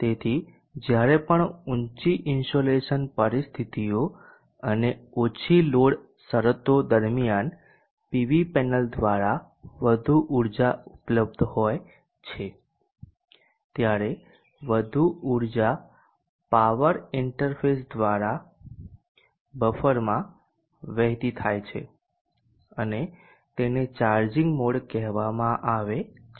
તેથી જ્યારે પણ ઊચી ઇન્સોલેશન પરિસ્થિતિઓ અને ઓછી લોડ શરતો દરમિયાન પીવી પેનલ દ્વારા વધુ ઊર્જા ઉપલબ્ધ હોય છે ત્યારે વધારે ઉર્જા પાવર ઇન્ટરફેસ દ્વારા બફરમાં વહેતી થાય છે અને તેને ચાર્જિંગ મોડ કહેવામાં આવે છે